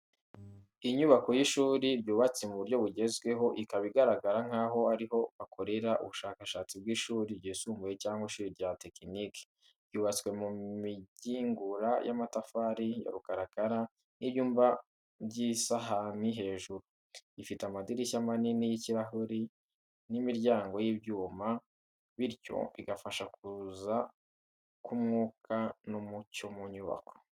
Inyubako y’ishuri ryubatse mu buryo bugezweho, ikaba igaragara nkaho ari aho bakorera ubushakashatsi bw’ishuri ryisumbuye cyangwa ishuri rya tekinike. Yubatswe mu migingura y’amatafari ya rukarakara n’ibyuma by’isahani hejuru. Ifite amadirishya manini y’ikirahure n’imiryango y’ibyuma, bityo bigafasha kuza k’umwuka n’umucyo mu nyubako.